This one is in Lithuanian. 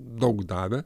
daug davė